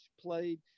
played